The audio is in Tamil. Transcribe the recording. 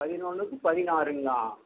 பதினொன்றுக்கு பதினாறுங்களா